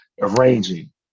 Arranging